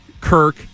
Kirk